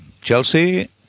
Chelsea